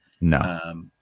No